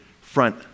front